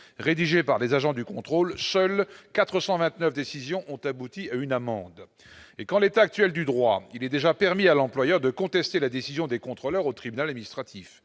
rédigé par des agents du contrôle, seuls 429 décisions ont abouti à une amende et qu'en l'état actuel du droit, il est déjà permis à l'employeur de contester la décision des contrôleurs au tribunal et ministre